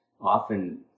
often